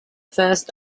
first